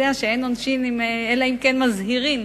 יודע שאין עונשים אלא אם כן מזהירים.